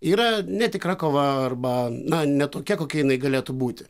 yra netikra kova arba na ne tokia kokia jinai galėtų būti